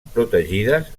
protegides